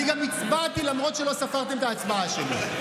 אני גם הצבעתי, למרות שלא ספרתם את ההצבעה שלי.